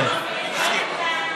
אני מסכים.